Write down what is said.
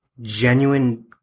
genuine